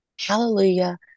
Hallelujah